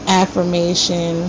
affirmation